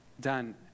done